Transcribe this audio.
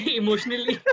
emotionally